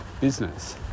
business